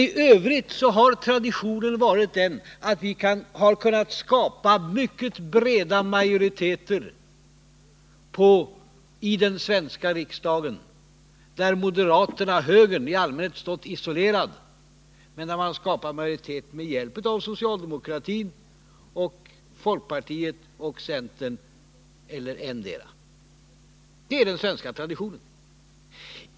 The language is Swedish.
I övrigt har traditionen varit den att mycket breda majoriteter har kunnat skapas i den svenska riksdagen, där moderaterna — högern — i allmänhet har stått isolerade gentemot socialdemokratin och folkpartiet och/eller centerpartiet. Det är den svenska traditionen.